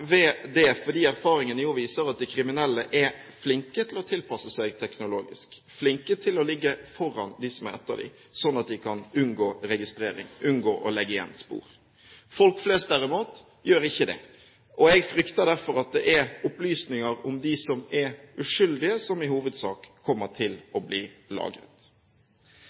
ved det, fordi erfaringene viser at de kriminelle er flinke til å tilpasse seg teknologisk, flinke til å ligge foran dem som er ute etter dem, slik at de kan unngå registrering, unngå å legge igjen spor. Folk flest derimot gjør ikke det. Jeg frykter derfor at det er opplysninger om dem som er uskyldige som i hovedsak kommer til å bli lagret.